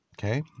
Okay